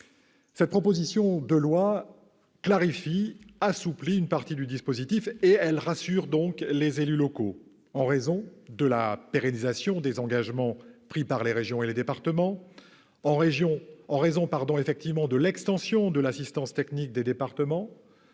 Cette proposition de loi clarifie et assouplit une partie du dispositif et rassure les élus locaux en raison de la pérennisation des engagements pris par les régions et les départements, de l'extension de l'assistance technique des départements